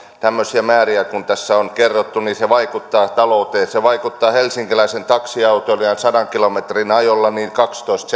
tämmöisiä määriä kuin tässä on kerrottu se vaikuttaa talouteen se vaikuttaa helsinkiläisen taksiautoilijan sadan kilometrin ajolla kaksitoista